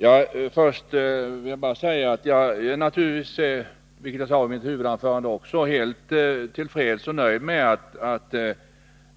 Herr talman! Först vill jag bara säga att jag naturligtvis — det sade jag också i mitt huvudanförande — är helt tillfreds och nöjd med att